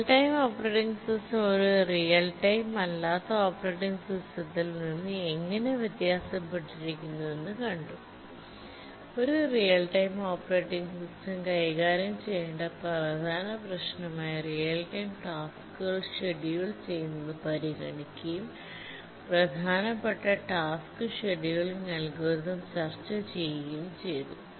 real time operating system ഒരു real time അല്ലാത്ത operating സിസ്റ്റത്തിൽ നിന്ന് എങ്ങനെ വ്യത്യാസപ്പെട്ടിരിക്കുന്നുവെന്ന് കണ്ടു ഒരു റിയൽ ടൈം ഓപ്പറേറ്റിംഗ് സിസ്റ്റം കൈകാര്യം ചെയ്യേണ്ട പ്രധാന പ്രശ്നമായി റിയൽ ടൈം ടാസ്ക്കുകൾ ഷെഡ്യൂൾ ചെയ്യുന്നത് പരിഗണിക്കുകയും പ്രധാനപ്പെട്ട ടാസ്ക് ഷെഡ്യൂളിംഗ് അൽഗോരിതങ്ങൾചർച്ച ചെയ്യുകയും ചെയ്തു